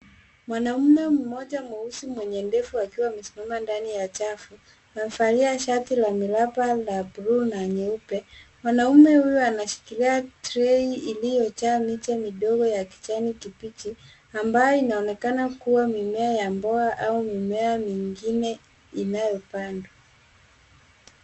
Mwanaume mmoja mweusi, mwenye ndevu akiwa amesimama ndani ya chafu, amevalia shati la miraba la buluu na nyeupe. Mwanaume huyu anashikilia trei iliyojaa miche midogo ya kijani kibichi, ambayo inaonekana kuwa mimea ya mboga au mimea mingine inayopandwa.